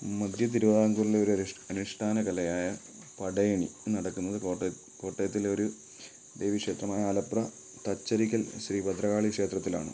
മദ്ധ്യതിരുവിതാംകൂറിലെ ഒരനുഷ്ഠാന കലയായ പടയണി നടക്കുന്നത് കോട്ടയത്ത് കോട്ടയത്തിലെ ഒരു ദേവി ക്ഷേത്രമായ ആലത്തറ തച്ചരിക്കൽ ശ്രീ ഭദ്രകാളി ക്ഷേത്രത്തിലാണ്